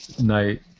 night